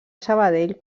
sabadell